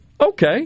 Okay